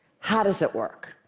how does it work?